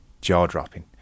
jaw-dropping